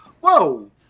whoa